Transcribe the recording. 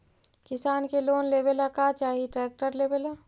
किसान के लोन लेबे ला का चाही ट्रैक्टर लेबे ला?